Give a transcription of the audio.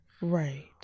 right